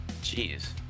Jeez